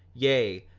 yea,